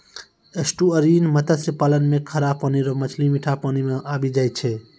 estuarine मत्स्य पालन मे खारा पानी रो मछली मीठा पानी मे आबी जाय छै